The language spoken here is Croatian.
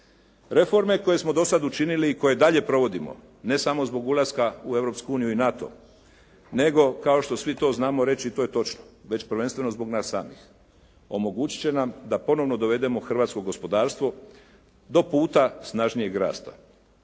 Reforme koje smo do sada učinili i koje dalje provodimo ne samo zbog ulaska u Europsku uniju i NATO, nego kao što svi to znamo reći i to je točno već prvenstveno zbog nas samih omogućit će nam da ponovno dovedemo hrvatsko gospodarstvo do puta snažnijeg rasta.